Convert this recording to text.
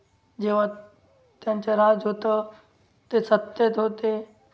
जेव्हा त्यांचं राज्य होतं ते सत्तेत होते